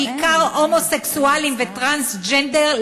בעיקר הומוסקסואלים וטרנסג'נדרים,